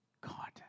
God